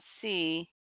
see